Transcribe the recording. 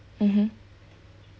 mmhmm